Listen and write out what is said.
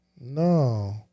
No